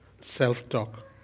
self-talk